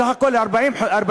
יש בסך הכול 40 כאלה,